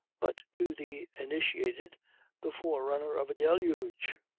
but to the initiated the forerunner of a deluge.